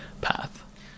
path